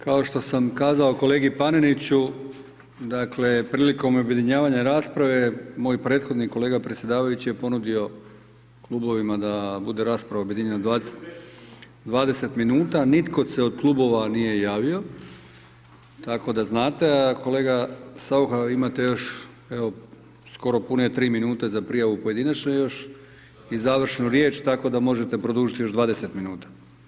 Kao što sam kazao kolegi Paneniću, dakle, prilikom objedinjavanja rasprave, moj prethodni kolega predsjedavajući je ponudio klubovima da bude rasprava objedinjena 20 minuta, nitko se od klubova nije javio, tako da znate, a kolega Saucha imate još skoro 3 minute za prijavu pojedinačne još i završnu riječ, tako da možete produžiti još 20 minuta.